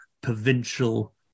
provincial